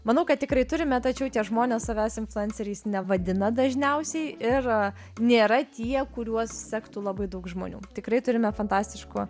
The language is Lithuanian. manau kad tikrai turime tačiau tie žmonės savęs influenceriais nevadina dažniausiai ir nėra tie kuriuos sektų labai daug žmonių tikrai turime fantastiškų